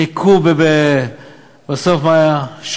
חיכו, בסוף מה היה?